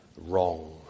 wrong